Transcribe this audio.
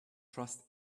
trust